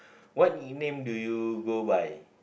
what nickname do you go by